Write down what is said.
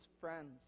friends